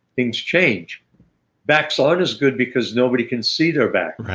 things change backs aren't as good because nobody can see their back.